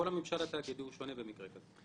כל הממשל התאגידי הוא שונה במקרה כזה.